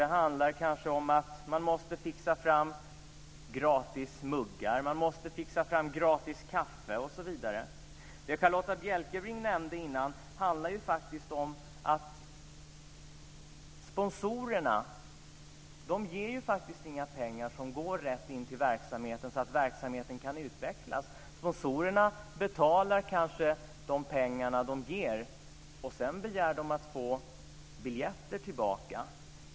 Det handlar kanske om att man måste fixa fram gratis muggar, att man måste fixa fram gratis kaffe, osv. Det som Charlotta L Bjälkebring nämnde tidigare handlar ju faktiskt om att sponsorerna faktiskt inte ger några pengar som går rätt in till verksamheten så att verksamheten kan utvecklas. Sponsorerna betalar kanske de pengar som de ger, och sedan begär de att få biljetter tillbaka.